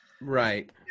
right